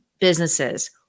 businesses